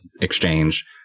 exchange